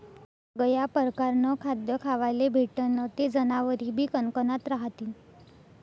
सगया परकारनं खाद्य खावाले भेटनं ते जनावरेबी कनकनात रहातीन